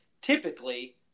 typically